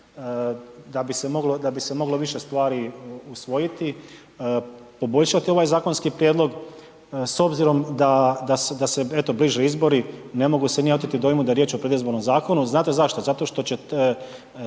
da bi se moglo više stvari usvojiti, poboljšati ovaj zakonski prijedlog. S obzirom da se eto, bliže izbori, ne mogu se ni ja oteti dojmu da je riječ o predizbornom zakonu. Znate zašto? Zato što će